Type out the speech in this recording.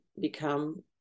become